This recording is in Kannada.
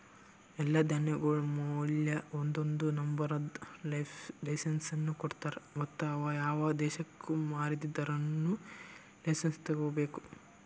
ಎಲ್ಲಾ ಧಾನ್ಯಗೊಳ್ ಮ್ಯಾಲ ಒಂದೊಂದು ನಂಬರದ್ ಲೈಸೆನ್ಸ್ ಕೊಡ್ತಾರ್ ಮತ್ತ ಯಾವ ದೇಶಕ್ ಮಾರಾದಿದ್ದರೂನು ಲೈಸೆನ್ಸ್ ತೋಗೊಬೇಕು